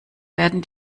werden